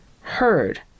heard